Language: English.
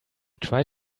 tried